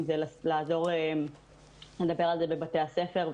אם זה לעזור לדבר על זה בבתי הספר,